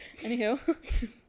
anywho